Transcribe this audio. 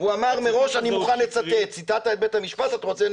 חבר הכנסת כסיף, הציטוט הזה הוא שקרי.